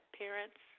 parents